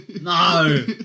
No